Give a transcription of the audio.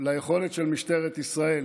ליכולת של משטרת ישראל